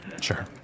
Sure